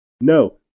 No